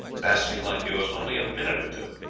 lasting, like yours, only a minute or two.